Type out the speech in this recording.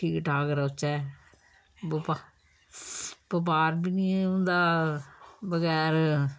ठीक ठाक रौह्चे बपा बपार बी निं होंदा बगैर